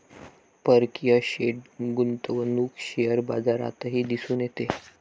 परकीय थेट गुंतवणूक शेअर बाजारातही दिसून येते